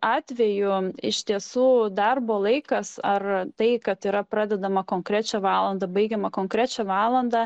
atvejų iš tiesų darbo laikas ar tai kad yra pradedama konkrečią valandą baigiamą konkrečią valandą